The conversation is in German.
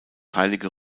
heilige